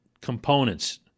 components